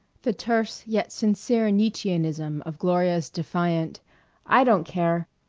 the terse yet sincere nietzscheanism of gloria's defiant i don't care!